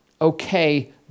okay